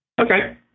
Okay